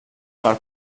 per